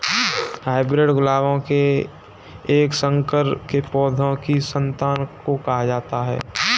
hybrid गुलाबों के एक संकर के पौधों की संतान को कहा जाता है